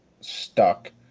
stuck